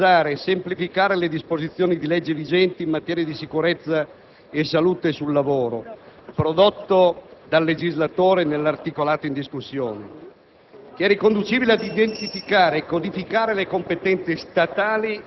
È dunque condivisibile lo sforzo di riordinare, coordinare, armonizzare e semplificare le disposizioni di legge vigenti in materia di sicurezza e salute sul lavoro, prodotto dal legislatore nell'articolato in discussione,